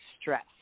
stress